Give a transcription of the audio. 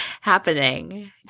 happening